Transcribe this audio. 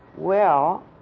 well,